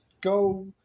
Go